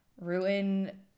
ruin